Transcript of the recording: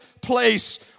place